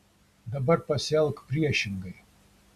dabar pasielk priešingai